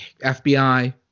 FBI –